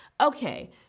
Okay